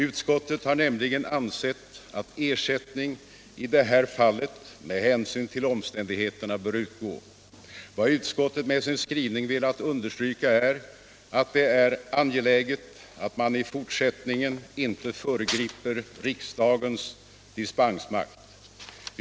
Utskottet har nämligen ansett att ersättning i detta fall med hänsyn till omständigheterna bör utgå. Vad utskottet med sin skrivning har velat understryka är att det är angeläget att man i fortsättningen inte föregriper riksdagens dispensmakt.